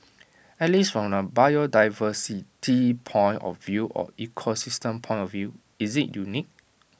at least from A biodiversity point of view or ecosystem point of view is IT unique